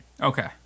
Okay